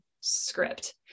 script